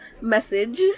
message